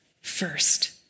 first